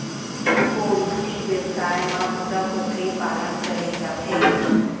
poultry बेवसाय म कुकरा कुकरी पालन करे जाथे